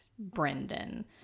Brendan